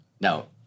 now